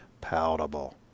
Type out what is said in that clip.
palatable